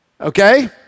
Okay